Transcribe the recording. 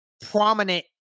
prominent